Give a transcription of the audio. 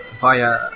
via